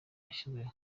yashyizweho